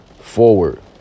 forward